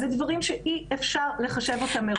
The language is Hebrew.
אלה דברים שאי אפשר לחשב אותם מראש.